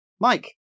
Mike